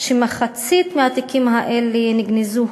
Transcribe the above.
שמחצית מהתיקים האלה נגנזו,